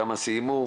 כמה סיימו?